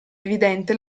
evidente